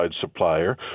supplier